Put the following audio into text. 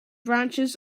branches